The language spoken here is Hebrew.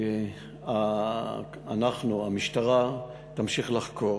ואנחנו, המשטרה תמשיך לחקור.